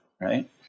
right